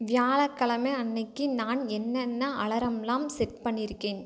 வியாழக் கெழம அன்றைக்கு நான் என்னென்ன அலாரமெல்லாம் செட் பண்ணி இருக்கேன்